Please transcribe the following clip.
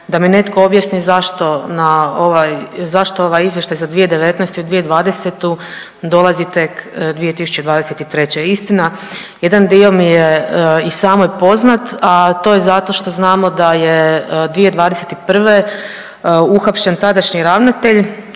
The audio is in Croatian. zašto na ovaj, zašto ovaj Izvještaj za 2019. i 2020. dolazi tek 2023. Istina, jedan dio mi je i samoj poznat, a to je zato što znamo da je 2021. uhapšen tadašnji ravnatelj